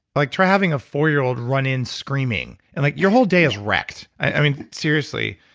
like try having a four-year-old run in screaming, and like your whole day is wrecked. i mean, seriously,